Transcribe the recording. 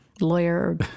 lawyer